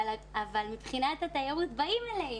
אבל מבחינת התיירות באים אלינו.